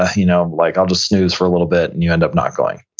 ah, you know like i'll just snooze for a little bit, and you end up not going.